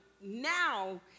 now